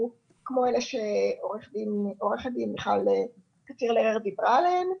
כמו אלה שעו"ד מיכל רלר-קציר דיברה עליהן.